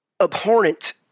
abhorrent